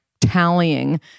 tallying